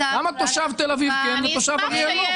למה תושב תל אביב כן ותושב אריאל לא?